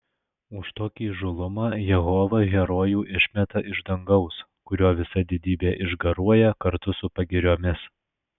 už tokį įžūlumą jehova herojų išmeta iš dangaus kurio visa didybė išgaruoja kartu su pagiriomis